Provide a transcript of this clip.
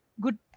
good